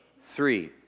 Three